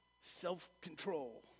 self-control